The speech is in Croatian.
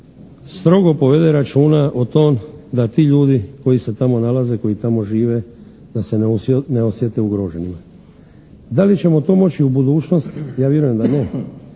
strogo povede računa o tome da ti ljudi koji se tamo nalaze, koji tamo žive da se ne osjete ugroženima. Da li ćemo to moći u budućnosti, ja vjerujem da ne